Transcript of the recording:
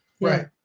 Right